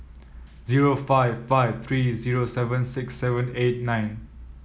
zero five five three zero seven six seven eight nine